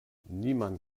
niemand